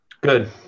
Good